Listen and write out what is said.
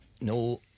No